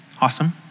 Awesome